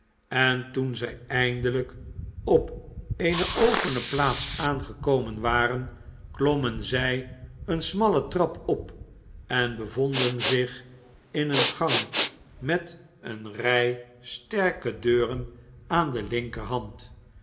en toen zij eindelijk op eene opene plaats aangekomen waren klommen zij eene smalle trap op en bevonden zich in een gang met eene rij sterke deuren aan de linkerhand